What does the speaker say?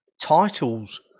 Titles